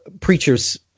preachers